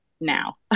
now